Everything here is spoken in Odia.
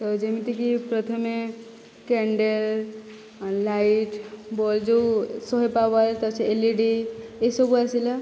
ତ ଯେମିତିକି ପ୍ରଥମେ କ୍ୟାଣ୍ଡେଲ୍ ଲାଇଟ୍ ବଲ୍ବ ଯେଉଁ ଶହେ ପାୱାର ତ ସେହି ଏଲଇଡ଼ି ଏସବୁ ଆସିଲା